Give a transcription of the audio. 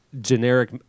generic